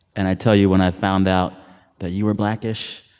and i tell you, when i found out that you were blackish.